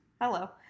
Hello